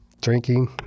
drinking